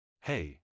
Hey